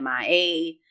MIA